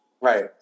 Right